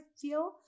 feel